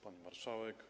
Pani Marszałek!